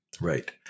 Right